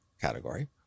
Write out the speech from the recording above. category